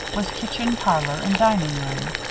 was kitchen, parlor, and dining-room.